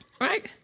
right